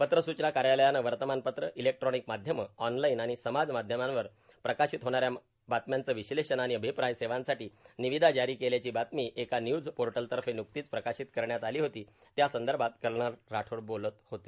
पत्रसुचना कार्यालयानं वर्तमान पत्र इलेक्ट्रॉनिक माध्यमं ऑनलाईन आणि समाज माध्यमांवर प्रकाशीत होणाऱ्या बातम्यांचं विश्लेषण आणि अभिप्राय सेवांसाठी निविदा जारी केल्याची बातमी एका न्यूज पोर्टलतर्फे न्कतीच प्रकाशित करण्यात आली होती त्यासंदर्भात कर्नल राठोड बोलत होते